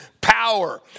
power